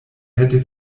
hätte